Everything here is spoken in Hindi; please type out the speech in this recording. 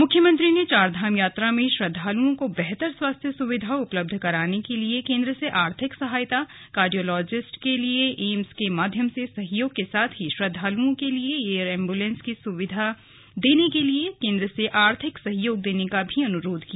मुख्यमंत्री ने चारधाम यात्रा में श्रद्धालुओं को बेहतर स्वास्थ्य सुविधा उपलब्ध कराने के लिए केन्द्र से आर्थिक सहायता कार्डियोलाजिस्ट के लिए एम्स के माध्यम से सहयोग के साथ ही श्रद्वालुओं के लिए एयर एम्बुलेंस की सेवा देने के लिए केन्द्र से आर्थिक सहयोग देने का भी अनुरोध किया